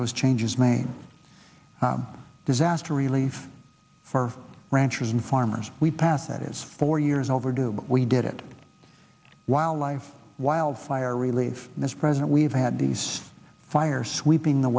those changes made disaster relief for ranchers and farmers we passed that is four years overdue but we did it wildlife wildfire relief mr president we have had these fires sweeping the